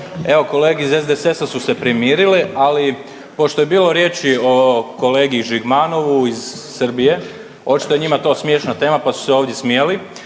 Evo kolege iz SDSS-a su se primirile, ali pošto je bilo riječi o kolegi Žigmanovu iz Srbije očito je njima smiješna tema pa su se ovdje smijali.